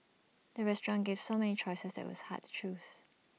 the restaurant gave so many choices that IT was hard to choose